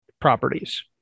properties